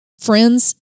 friends